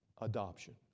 Adoption